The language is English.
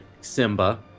Simba